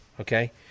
okay